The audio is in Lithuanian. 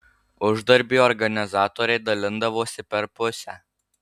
uždarbį organizatoriai dalindavosi per pusę